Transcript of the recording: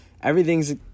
Everything's